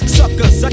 Suckers